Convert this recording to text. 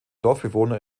dorfbewohner